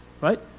Right